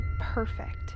perfect